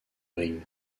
ring